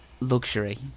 luxury